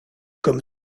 comme